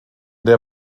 der